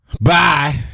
Bye